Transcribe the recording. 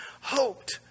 hoped